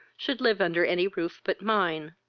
should live under any roof but mine.